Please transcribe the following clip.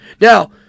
Now